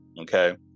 okay